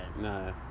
No